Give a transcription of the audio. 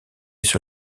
sur